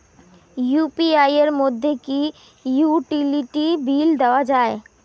UPI এর মাধ্যমে কি ইউটিলিটি বিল দেওয়া যায়?